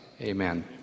amen